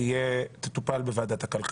תטופל בוועדת הכלכלה.